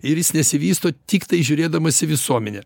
ir jis nesivysto tiktai žiūrėdamas į visuomenę